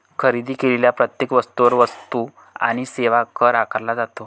खरेदी केलेल्या प्रत्येक वस्तूवर वस्तू आणि सेवा कर आकारला जातो